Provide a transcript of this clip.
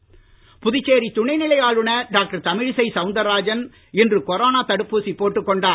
ஆளுநர் புதுச்சேரி துணைநிலை ஆளுநர் டாக்டர் தமிழிசை சவுந்தராஜன் இன்று கொரோனா தடுப்பூசி போட்டுக் கொண்டார்